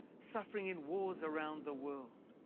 suffering in wars around the world?